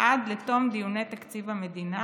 עד לתום דיוני תקציב המדינה,